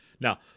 Now